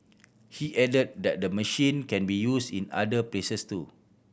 he added that the machine can be used in other places too